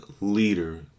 leader